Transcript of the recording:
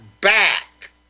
back